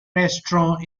restaurant